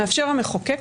מאפשר המחוקק,